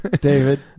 David